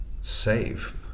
save